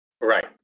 right